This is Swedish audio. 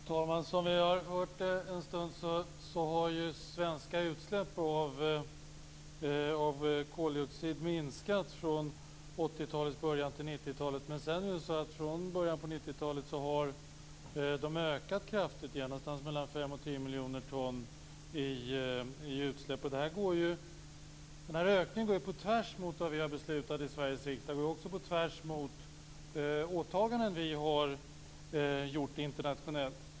Fru talman! Som vi har hört en stund har ju de svenska utsläppen av koldioxid minskat från 80-talets början till 90-talet. Men från början av 90-talet har de ökat kraftigt igen. Utsläppen är 5-10 miljoner ton. Denna ökning går ju på tvärs mot vad vi har beslutat i Sveriges riksdag. Det är också på tvärs mot åtaganden som vi har gjort internationellt.